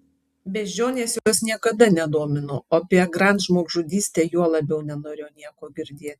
beždžionės jos niekada nedomino o apie grand žmogžudystę juo labiau nenorėjo nieko girdėti